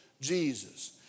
Jesus